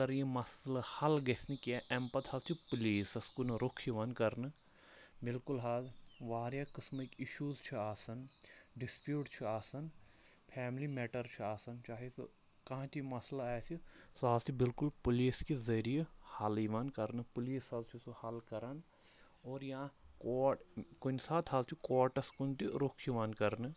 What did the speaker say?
اگر یہِ مَسلہٕ حل گژھِ نہٕ کینٛہہ امہِ پَتہٕ حظ چھِ پُلیٖسَس کُن رُکھ یِوان کَرنہٕ بالکُل حظ واریاہ قٕسمٕکۍ اِشوٗز چھِ آسان ڈِسپیوٗٹ چھُ آسان فیملی مٮ۪ٹَر چھُ آسان چاہے سُہ کانٛہہ تہِ مَسلہٕ آسہِ سُہ حظ چھِ بِلکُل پُلیٖس کہِ ذٔریعہٕ حَل یِوان کَرنہٕ پُلیٖس حظ چھُ سُہ حل کَران اور یا کوٹ کُنہِ ساتہٕ حظ چھُ کوٹَس کُن تہِ رُکھ یِوان کَرنہٕ